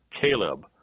Caleb